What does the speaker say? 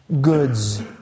goods